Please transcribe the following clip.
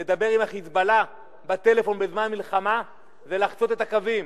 לדבר עם ה"חיזבאללה" בטלפון בזמן מלחמה זה לחצות את הקווים.